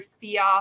fear